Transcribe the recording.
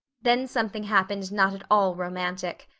then something happened not at all romantic.